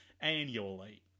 annually